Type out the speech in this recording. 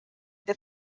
the